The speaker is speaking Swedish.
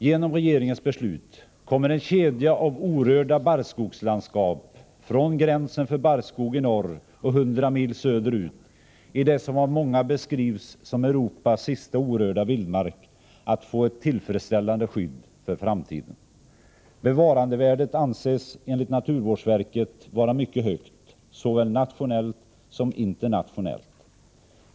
Genom regeringens beslut kommer en kedja av orörda barrskogslandskap från gränsen för barrskog i norr och 100 mil söderut, i det som av många betecknas som Europas sista orörda vildmark, att få ett tillfredsställande skydd för framtiden. Bevarandevärdet anses enligt naturvårdsverket vara mycket högt, såväl nationellt som internationellt.